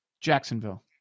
Jacksonville